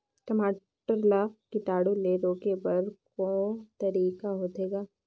टमाटर ला कीटाणु ले रोके बर को तरीका होथे ग?